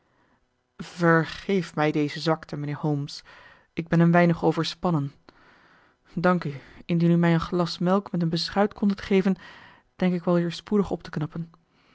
vergeef mij deze zwakte mijnheer holmes ik ben een weinig overspannen dank u indien u mij een glas melk met een beschuit kondet geven denk ik wel weer spoedig op te knappen